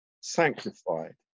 sanctified